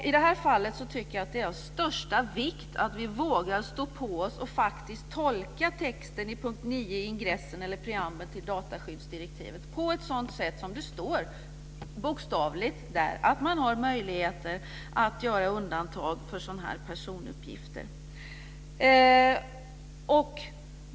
I det här fallet tycker jag att det är av största vikt att vi vågar stå på oss och faktiskt tolka texten i punkt 9 i ingressen eller "preambeln" till dataskyddsdirektivet på ett sådant sätt som det där bokstavligt står, att man har möjligheter att göra undantag för sådana här personuppgifter.